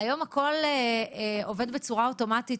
היום הכול עובד בצורה אוטומטית.